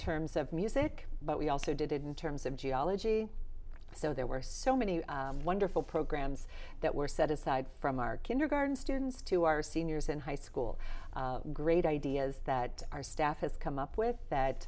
terms of music but we also did it in terms of geology so there were so many wonderful programs that were set aside from our kindergarten students to our seniors in high school great ideas that our staff has come up with that